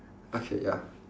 okay ya